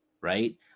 Right